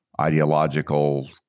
ideological